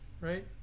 right